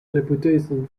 reputation